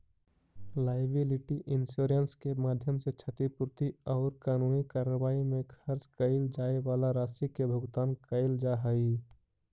liability insurance के माध्यम से क्षतिपूर्ति औउर कानूनी कार्रवाई में खर्च कैइल जाए वाला राशि के भुगतान कैइल जा हई